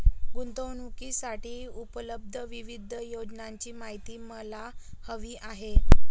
गुंतवणूकीसाठी उपलब्ध विविध योजनांची माहिती मला हवी आहे